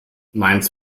meinst